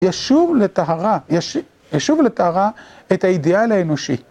ישוב לטהרה, ישוב לטהרה את האידאל האנושי.